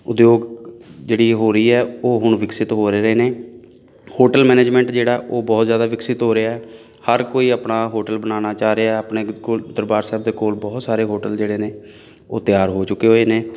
ਉਦਯੋਗ ਜਿਹੜੀ ਹੋ ਰਹੀ ਹੈ ਉਹ ਹੁਣ ਵਿਕਸਿਤ ਹੋ ਰਹੇ ਨੇ ਹੋਟਲ ਮੈਨੇਜਮੈਂਟ ਜਿਹੜਾ ਉਹ ਬਹੁਤ ਜ਼ਿਆਦਾ ਵਿਕਸਿਤ ਹੋ ਰਿਹਾ ਹਰ ਕੋਈ ਆਪਣਾ ਹੋਟਲ ਬਣਾਉਣਾ ਚਾਹ ਰਿਹਾ ਆਪਣੇ ਬਿਲਕੁਲ ਦਰਬਾਰ ਸਾਹਿਬ ਦੇ ਕੋਲ ਬਹੁਤ ਸਾਰੇ ਹੋਟਲ ਜਿਹੜੇ ਨੇ ਉਹ ਤਿਆਰ ਹੋ ਚੁੱਕੇ ਹੋਏ ਨੇ